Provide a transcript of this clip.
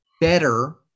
better